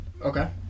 Okay